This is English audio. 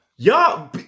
Y'all